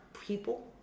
people